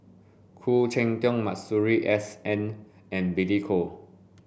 Khoo Cheng Tiong Masuri S N and Billy Koh